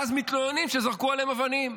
ואז מתלוננים שזרקו עליהם אבנים.